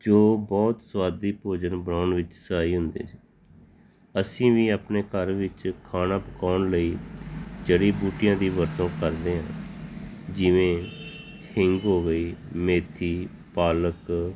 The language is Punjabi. ਜੋ ਬਹੁਤ ਸਵਾਦੀ ਭੋਜਨ ਬਣਾਉਣ ਵਿੱਚ ਸਹਾਈ ਹੁੰਦੇ ਅਸੀਂ ਵੀ ਆਪਣੇ ਘਰ ਵਿੱਚ ਖਾਣਾ ਪਕਾਉਣ ਲਈ ਜੜੀ ਬੂਟੀਆਂ ਦੀ ਵਰਤੋਂ ਕਰਦੇ ਹਾਂ ਜਿਵੇਂ ਹਿੰਗ ਹੋ ਗਈ ਮੇਥੀ ਪਾਲਕ